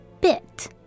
bit